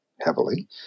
heavily